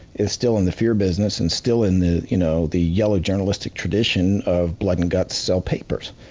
is still in the fear business and still in the you know the yellow journalistic tradition of blood and guts sell papers.